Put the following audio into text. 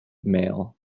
mail